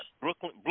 Brooklyn